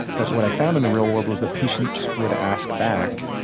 but what i found in the real world was that patients would ask back,